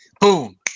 Boom